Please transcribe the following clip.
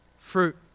fruit